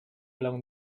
along